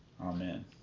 Amen